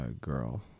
girl